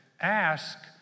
ask